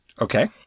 Okay